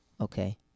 okay